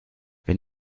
wenn